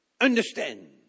understand